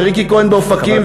וריקי כהן באופקים,